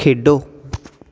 ਖੇਡੋ